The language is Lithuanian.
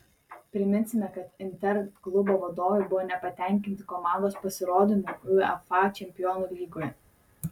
priminsime kad inter klubo vadovai buvo nepatenkinti komandos pasirodymu uefa čempionų lygoje